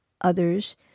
others